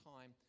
time